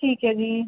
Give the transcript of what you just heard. ਠੀਕ ਹੈ ਜੀ